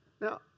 now